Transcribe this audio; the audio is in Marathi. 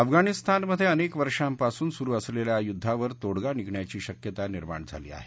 अफगाणिस्तानमध्ये अनेक वर्षांपासून सुरु असलेल्या युद्धावर तोडगा निघण्याची शक्यता निर्माण झाली आहे